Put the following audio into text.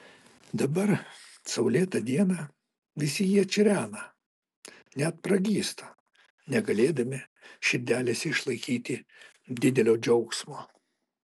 dabar saulėtą dieną visi jie čirena net pragysta negalėdami širdelėse išlaikyti didelio džiaugsmo